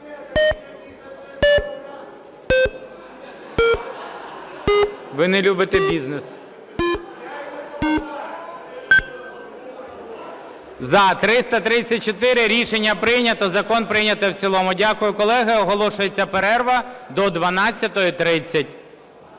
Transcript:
Ви не любите бізнес. 11:59:22 За-334 Рішення прийнято. Закон прийнято в цілому. Дякую, колеги. Оголошується перерва до 12:30.